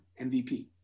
MVP